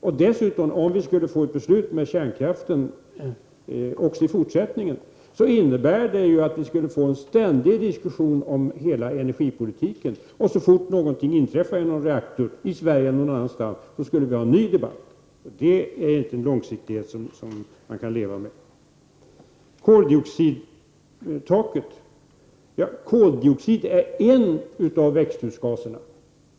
Om vi dessutom skulle fatta beslut om att ha kärnkraften också i fortsättningen innebär det att vi skulle få en ständig diskussion om hela energipolitiken. Om så någonting inträffar i någon reaktor i Sverige eller någon annanstans, skulle vi få en ny debatt. Detta är inte en långsiktighet som man kan leva med. Beträffande koldioxidtaket: Koldioxid är en av växthusgaserna.